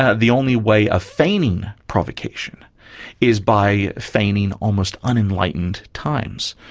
ah the only way of feigning provocation is by feigning almost unenlightened times.